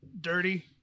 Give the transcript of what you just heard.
dirty